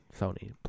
sony